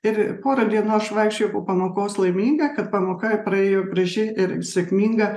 ir porą dienų aš vaikščiojau po pamokos laiminga kad pamoka praėjo graži ir sėkminga